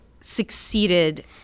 succeeded